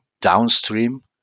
downstream